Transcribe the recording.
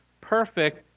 perfect